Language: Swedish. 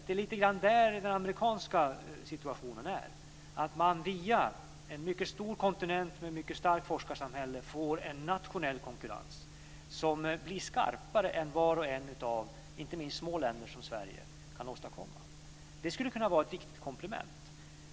Det är lite grann där den amerikanska situationen är, att man via en mycket stor kontinent med mycket starkt forskarsamhälle får en nationell konkurrens som blir skarpare än vad var och en av länderna, inte minst små länder som Sverige, kan åstadkomma. Det skulle kunna vara ett viktigt komplement.